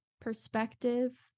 perspective